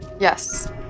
Yes